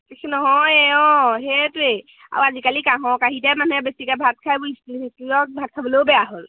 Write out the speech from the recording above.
নহয় অঁ সেইটোৱে আ আৰু আজিকালি কাঁহৰ কাঁহীতে মানুহে বেছিকে ভাত খাইোৰ ইষ্ট সষ্টত ভাত খাবলৈও বেয়া হ'ল